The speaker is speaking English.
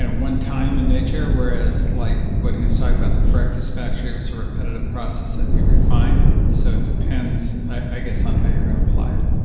and one-time in nature. whereas, like what he was talking about the breakfast factory was a repetitive process that you refine. so it depends, i guess on how you're going to apply it